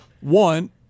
one